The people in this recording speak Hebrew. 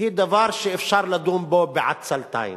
זה דבר שאפשר לדון בו בעצלתיים,